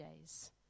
days